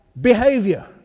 behavior